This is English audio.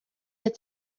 had